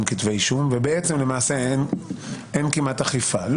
היום כתבי אישום ובעצם אין כמעט אכיפה.